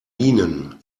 minen